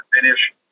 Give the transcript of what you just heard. finish